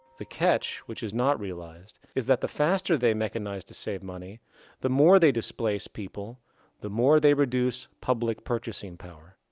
the catch, which is not realized, is that the faster they mechanize to save money the more they displace people the more they reduce public purchasing power.